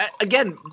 again